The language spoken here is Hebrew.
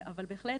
אבל בהחלט,